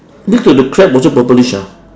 next to the crab also purplish ah